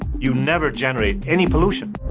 you never generate any pollution.